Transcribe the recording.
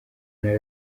ntara